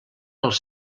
als